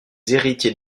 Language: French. héritiers